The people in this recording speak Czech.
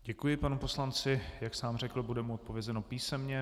Děkuji panu poslanci, jak sám řekl, bude mu odpovězeno písemně.